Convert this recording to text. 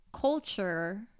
culture